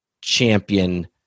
champion